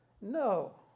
No